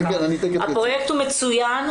הפרויקט הוא מצוין,